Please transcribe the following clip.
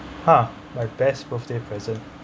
ha my best birthday present